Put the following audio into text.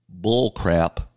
bullcrap